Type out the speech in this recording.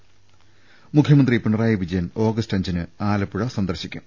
് മുഖ്യമന്ത്രി പിണറായി വിജയൻ ഓഗസ്റ്റ് അഞ്ചിന് ആല പ്പുഴ സന്ദർശിക്കും